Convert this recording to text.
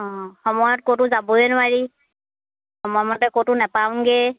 অঁ সময়ত ক'তো যাবইয়ে নোৱাৰি সময়মতে ক'তটো নাপাওঁগৈয়ে